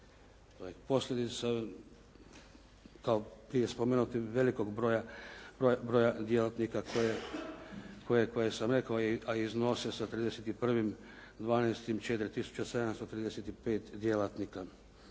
posljedica prije spomenutih velikog broja djelatnika koje sam rekao, a iznose sa 31. 12. 4 tisuće 735 djelatnika.